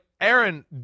Aaron